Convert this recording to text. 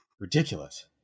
Ridiculous